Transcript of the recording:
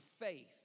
faith